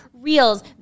reels